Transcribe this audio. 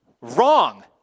wrong